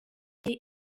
they